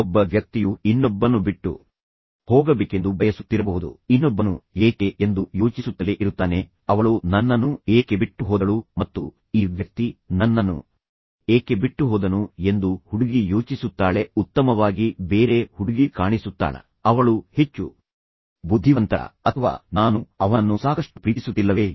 ಒಬ್ಬ ವ್ಯಕ್ತಿಯು ಇನ್ನೊಬ್ಬನನ್ನು ಬಿಟ್ಟು ಹೋಗಬೇಕೆಂದು ಬಯಸುತ್ತಿರಬಹುದು ಇನ್ನೊಬ್ಬನು ಏಕೆ ಎಂದು ಯೋಚಿಸುತ್ತಲೇ ಇರುತ್ತಾನೆ ಅವಳು ನನ್ನನ್ನು ಏಕೆ ಬಿಟ್ಟುಹೋದಳು ಮತ್ತು ಈ ವ್ಯಕ್ತಿ ನನ್ನನ್ನು ಏಕೆ ಬಿಟ್ಟುಹೋದನು ಎಂದು ಹುಡುಗಿ ಯೋಚಿಸುತ್ತಾಳೆ ಉತ್ತಮವಾಗಿ ಬೇರೆ ಹುಡುಗಿ ಕಾಣಿಸುತ್ತಾಳ ಅವಳು ಹೆಚ್ಚು ಬುದ್ಧಿವಂತಳ ಅಥವಾ ನಾನು ಅವನನ್ನು ಸಾಕಷ್ಟು ಪ್ರೀತಿಸುತ್ತಿಲ್ಲವೇ